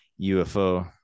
UFO